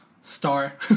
star